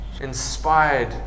Inspired